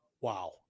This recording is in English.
Wow